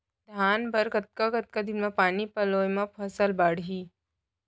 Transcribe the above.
धान बर कतका कतका दिन म पानी पलोय म फसल बाड़ही?